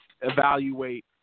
evaluate